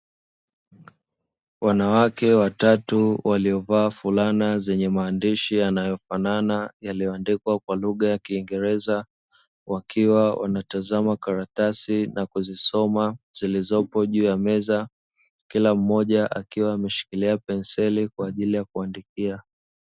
Wanawake watatu waliovaa fulana zenye maandishi yanayofanana yaliyoandikwa kwa lugha ya kingereza, wakiwa wanatazama karatasi na kuzisoma zilizopo juu ya meza kila mmoja akiwa ameshikilia penseli kwa ajili ya kuandikia.